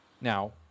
Now